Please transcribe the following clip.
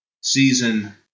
season